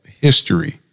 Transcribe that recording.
history